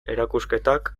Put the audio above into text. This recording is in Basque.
erakusketak